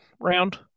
Round